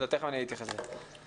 תיכף אני אתייחס לזה.